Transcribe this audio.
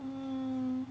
um